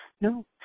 No